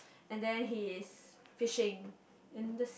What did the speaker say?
and then he is fishing in the